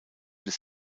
des